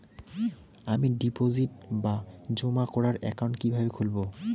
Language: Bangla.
আমি ডিপোজিট বা জমা করার একাউন্ট কি কিভাবে খুলবো?